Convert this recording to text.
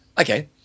Okay